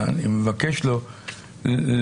אני מבקש לציין